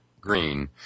green